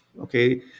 okay